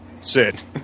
sit